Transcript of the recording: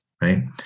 right